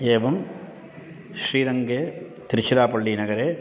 एवं श्रीरङ्गे त्रिशिरापळ्ळिनगरे